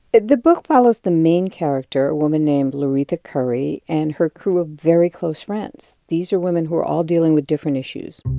the book follows the main character, a woman named loretha curry and her crew of very close friends. these are women who are all dealing with different issues.